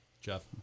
Jeff